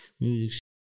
music